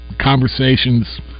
conversations